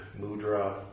mudra